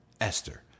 Esther